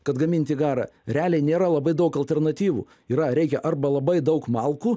kad gaminti garą realiai nėra labai daug alternatyvų yra reikia arba labai daug malkų